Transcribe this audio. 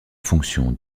fonction